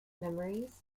memories